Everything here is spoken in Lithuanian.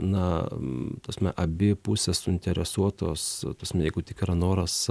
na ta prasme abi pusės suinteresuotos ta prasme jeigu tik yra noras